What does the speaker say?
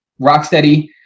Rocksteady